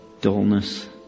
dullness